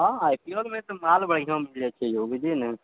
हँ I P L मे तऽ माल बढिआँ मिल जाइत छे यौ बुझलिए न